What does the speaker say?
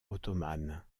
ottomane